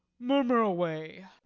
murmur away.